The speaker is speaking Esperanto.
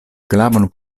glavon